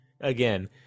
Again